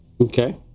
Okay